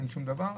אין שום דבר.